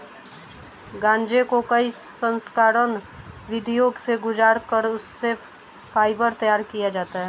गांजे को कई संस्करण विधियों से गुजार कर उससे फाइबर तैयार किया जाता है